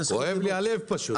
כואב לי הלב פשוט.